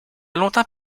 longtemps